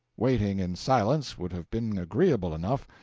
waiting, in silence, would have been agreeable enough,